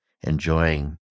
enjoying